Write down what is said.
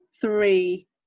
three